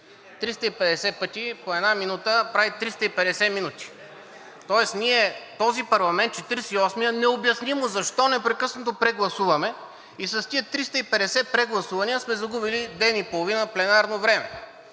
350 пъти по една минута прави 350 минути. Тоест ние – този парламент Четиридесет и осмия, необяснимо защо непрекъснато прегласуваме и с тези 350 прегласувания сме загубили ден и половина пленарно време.